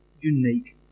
unique